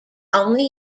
only